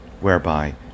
whereby